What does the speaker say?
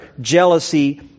jealousy